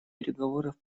переговоров